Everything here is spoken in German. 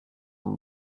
man